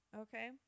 Okay